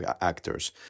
actors